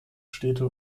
städte